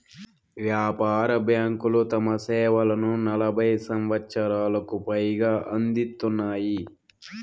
వ్యాపార బ్యాంకులు తమ సేవలను నలభై సంవచ్చరాలకు పైగా అందిత్తున్నాయి